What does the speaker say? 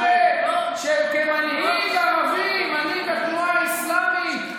היה מצופה שכמנהיג ערבי, מנהיג התנועה האסלאמית,